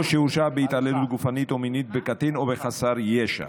או שהורשע בהתעללות גופנית או מינית בקטין או בחסר ישע.